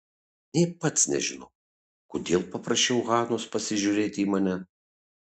nė pats nežinau kodėl paprašiau hanos pasižiūrėti į mane